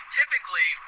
typically